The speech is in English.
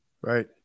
Right